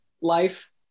life